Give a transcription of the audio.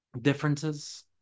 differences